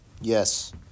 Yes